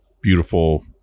beautiful